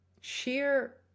sheer